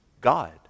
God